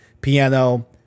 piano